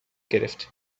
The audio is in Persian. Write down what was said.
گرفتیم